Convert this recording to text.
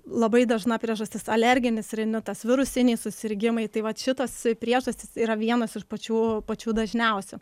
labai dažna priežastis alerginis rinitas virusiniai susirgimai tai vat šitos priežastys yra vienos iš pačių pačių dažniausių